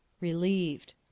Relieved